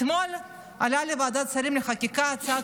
אתמול עלתה לוועדת שרים לחקיקה הצעת